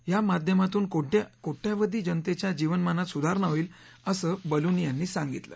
या माध्यमातून कोट्यवधी जनतेच्या जीवनमानात सुधारणा होईल असं बलुनी यांनी सांगितलं